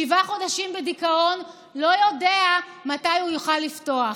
שבעה חודשים בדיכאון, לא יודע מתי הוא יוכל לפתוח.